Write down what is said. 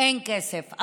אין כסף.